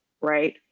right